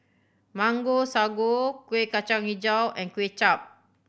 Mango Sago Kueh Kacang Hijau and Kway Chap